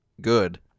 good